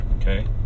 Okay